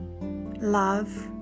Love